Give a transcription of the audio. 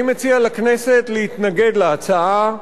אני מציע לכנסת להתנגד להצעה.